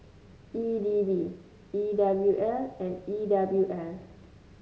E D B E W L and E W L